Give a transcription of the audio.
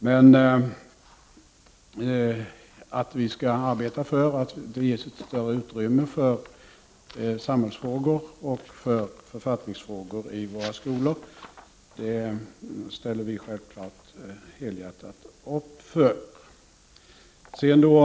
Men centern ställer sig självfallet helhjärtat bakom förslaget att ett större utrymme skall ges för samhällsfrågor och författningsfrågor i våra skolor.